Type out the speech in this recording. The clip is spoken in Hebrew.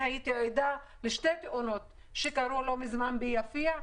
אני הייתי עדה לשתי תאונות שקרו לא מזמן ביפיע,